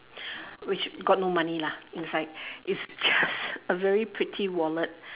which got no money lah inside it's just a very pretty wallet